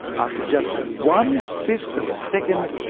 after just one fifth of a second,